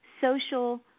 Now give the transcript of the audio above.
social